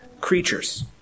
creatures